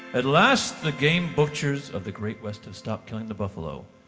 at last, the game butchers of the great west have stopped killing the buffalo.